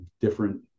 different